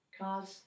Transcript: Cars